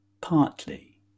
partly